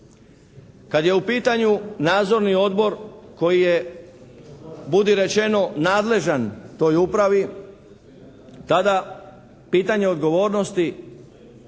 Kad je u pitanju nadzorni odbor koji je budi rečeno nadležan toj upravi tada pitanje odgovornosti